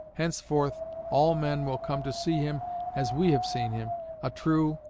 henceforth all men will come to see him as we have seen him a true,